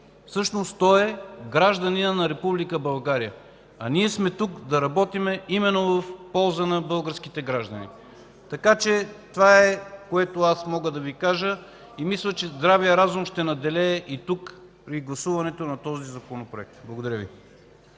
Всъщност той е гражданин на Република България. Ние сме тук, за да работим именно в полза на българските граждани. Това е, което аз мога да Ви кажа, и мисля, че здравият разум ще надделее при гласуването на този Законопроект. Благодаря Ви.